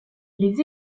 les